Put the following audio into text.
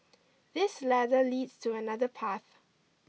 this ladder leads to another path